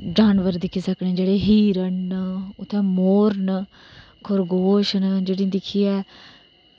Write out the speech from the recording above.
जानबर दिक्खी सकने जेहडे़ हिरण ना उत्थे मोर ना खरगोश ना जिंहेगी दिक्खिये